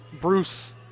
Bruce